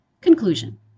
Conclusion